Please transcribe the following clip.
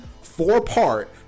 four-part